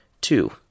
Two